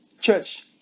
Church